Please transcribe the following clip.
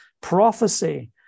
prophecy